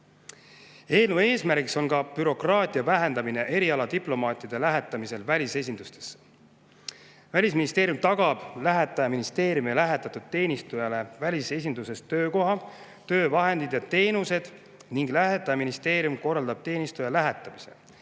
Eelnõu eesmärk on ka bürokraatia vähendamine erialadiplomaatide lähetamisel välisesindustesse. Välisministeerium tagab lähetajaministeeriumi lähetatud teenistujale välisesinduses töökoha, töövahendid ja teenused ning lähetajaministeerium korraldab teenistuja lähetamise.